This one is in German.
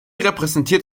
repräsentiert